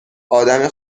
آدم